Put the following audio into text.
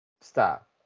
Stop